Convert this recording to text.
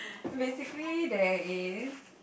basically there is